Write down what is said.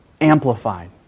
amplified